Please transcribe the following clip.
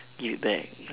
give it back